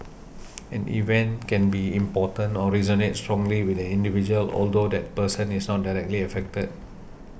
an event can be important or resonate strongly with an individual although that person is not directly affected